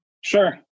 Sure